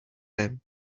them